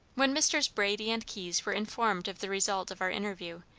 when messrs. brady and keyes were informed of the result of our interview,